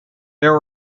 there